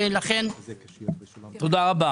תודה.